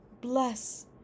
bless